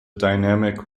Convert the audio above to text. dynamic